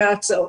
מההצעות.